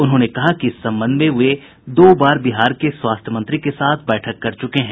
उन्होंने कहा कि इस संबंध में वे दो बार बिहार के स्वास्थ्य मंत्री के साथ बैठक कर चुके हैं